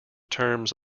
terms